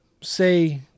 say